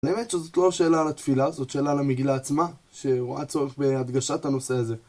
באמת שזאת לא שאלה לתפילה, זאת שאלה למגילה עצמה, שרואה צורך בהדגשת הנושא הזה.